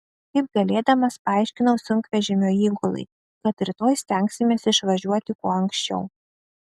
kaip galėdamas paaiškinau sunkvežimio įgulai kad rytoj stengsimės išvažiuoti kuo anksčiau